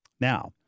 Now